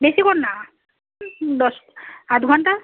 বেশি ক্ষণ না দশ আধ ঘন্টা